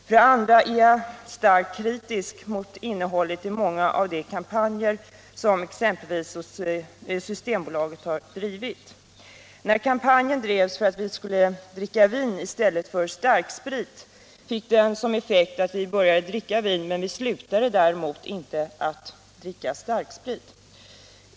För det andra är jag starkt kritisk mot innehållet i många av de kampanjer som exempelvis Systembolaget har drivit. När kampanjen för att vi skulle dricka vin i stället för starksprit drevs, fick den som effekt att vi började dricka vin, men vi slutade inte att dricka starksprit.